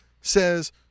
says